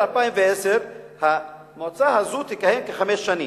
2010 המועצה הזו תכהן כחמש שנים.